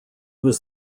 was